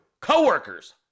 co-workers